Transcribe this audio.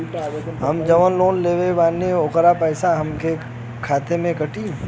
हम जवन लोन लेले बानी होकर पैसा हमरे खाते से कटी?